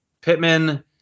Pittman